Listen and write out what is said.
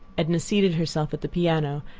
edna seated herself at the piano,